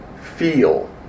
feel